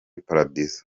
paradizo